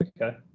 okay